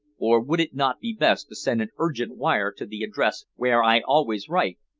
or would it not be best to send an urgent wire to the address where i always write?